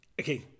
Okay